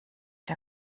der